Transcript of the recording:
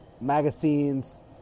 magazines